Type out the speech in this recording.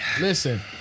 Listen